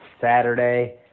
Saturday